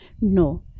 No